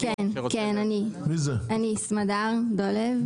כן אני סמדר דולב,